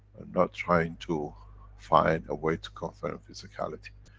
not trying to find a way, to confirm physicality.